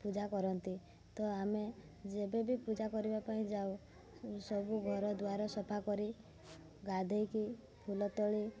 ପୂଜା କରନ୍ତି ତ ଆମେ ଯେବେ ବି ପୂଜା କରିବା ପାଇଁ ଯାଉ ସବୁ ଘରଦ୍ୱାର ସଫାକରି ଗାଧେଇକି ଫୁଲତୋଳି